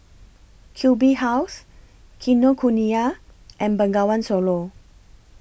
Q B House Kinokuniya and Bengawan Solo